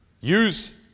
Use